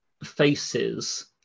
faces